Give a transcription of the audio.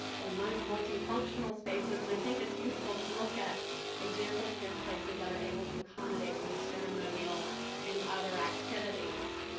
or multi-functional spaces, and i think it's useful to look at examples here of places that are able to accommodate both ceremonial and other activities.